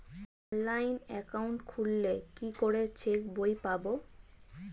Online account খুললে কি করে চেক বই পাব?